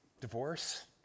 Divorce